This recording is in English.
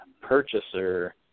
purchaser